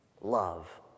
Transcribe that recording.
love